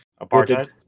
apartheid